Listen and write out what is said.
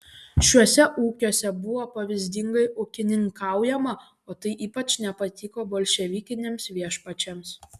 šiuose ūkiuose buvo pavyzdingai ūkininkaujama o tai ypač nepatiko bolševikiniams viešpačiams